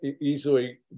easily